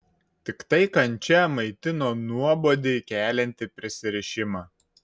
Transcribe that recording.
tiktai kančia maitino nuobodį keliantį prisirišimą